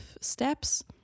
steps